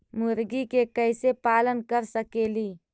मुर्गि के कैसे पालन कर सकेली?